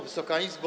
Wysoka Izbo!